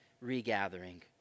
regathering